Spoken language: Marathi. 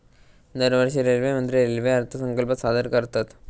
दरवर्षी रेल्वेमंत्री रेल्वे अर्थसंकल्प सादर करतत